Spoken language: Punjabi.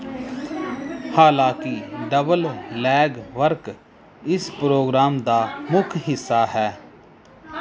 ਹਾਲਾਂਕੀ ਡਬਲ ਲੈਗ ਵਰਕ ਇਸ ਪ੍ਰੋਗਰਾਮ ਦਾ ਮੁੱਖ ਹਿੱਸਾ ਹੈ